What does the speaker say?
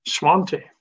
Swante